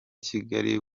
kigali